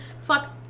Fuck